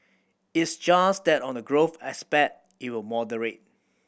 it's just that on the growth aspect it will moderate